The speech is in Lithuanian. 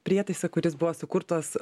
prietaisą kuris buvo sukurtas